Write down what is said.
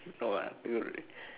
no ah don't worry